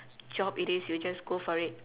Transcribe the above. job it is you just go for it